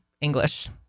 English